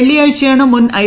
വെള്ളിയാഴ്ചയാണ് മുൻ ഐ